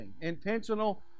Intentional